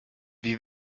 wie